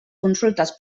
consultes